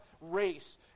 race